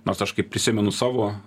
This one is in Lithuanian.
nors aš kaip prisimenu savo